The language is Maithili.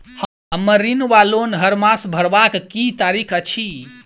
हम्मर ऋण वा लोन हरमास भरवाक की तारीख अछि?